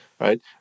right